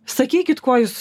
sakykit ko jūs